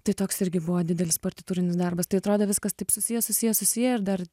tai toks irgi buvo didelis partitūrinis darbas tai atrodė viskas taip susiję susiję susiję ir dar